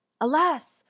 Alas